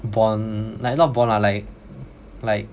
bond like not bond lah like like